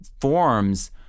forms